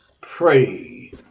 pray